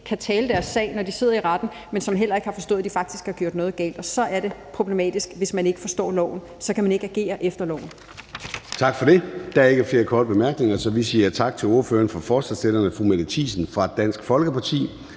kan tale deres egen sag, når de sidder i retten, men som heller ikke har forstået, at de faktisk har gjort noget galt. Og så er det problematisk, for hvis man ikke forstår loven, kan man ikke agere efter loven. Kl. 18:07 Formanden (Søren Gade): Tak for det. Der er ikke flere korte bemærkninger, så vi siger tak til ordføreren for forslagsstillerne, fru Mette Thiesen fra Dansk Folkeparti.